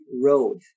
road